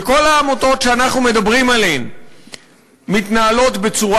וכל העמותות שאנחנו מדברים עליהן מתנהלות בצורה